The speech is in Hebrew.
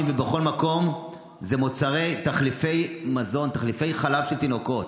ובכל מקום זה מוצרי תחליפי חלב של תינוקות,